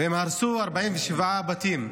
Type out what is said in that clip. והם הרסו 47 בתים.